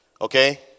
okay